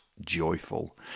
joyful